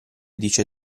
dice